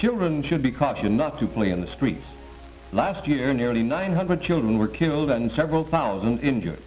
children should be cautious not to play in the streets last year nearly nine hundred children were killed and several thousand injured